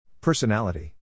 Personality